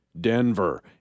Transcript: Denver